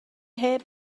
heb